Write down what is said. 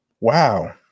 Wow